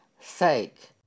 sake